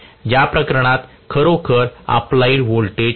या प्रकरणात खरोखर अप्लाइड व्होल्टेज नाही